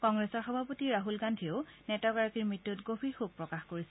কংগ্ৰেছৰ সভাপতি ৰাহুল গান্ধীয়ে নেতাগৰাকীৰ মৃত্যুত গভীৰ শোক প্ৰকাশ কৰিছে